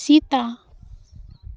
ᱥᱮᱛᱟ